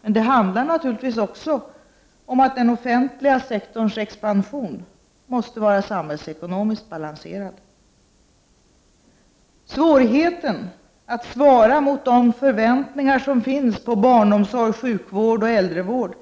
Men det handlar naturligtvis också om att den offentliga sektorns expansion måste vara samhällsekonomiskt balanserad. Svårigheterna att svara mot de förväntningar som finns på barnomsorg, sjukvård och äldrevård